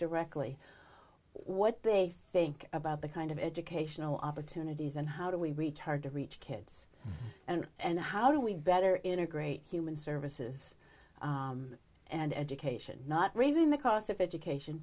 directly what they think about the kind of educational opportunities and how do we reach hard to reach kids and and how do we better integrate human services and education not raising the cost of education